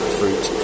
fruit